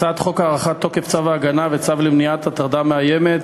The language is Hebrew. הצעת חוק הארכת תוקף צו הגנה וצו למניעת הטרדה מאיימת,